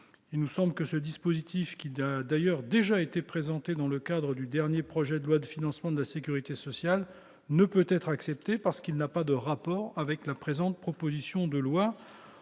kilomètre carré. Ce dispositif, qui, d'ailleurs, a déjà été présenté au titre du dernier projet de loi de financement de la sécurité sociale, ne peut être accepté parce qu'il n'a pas de rapport avec cette proposition de loi.